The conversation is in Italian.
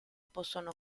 possono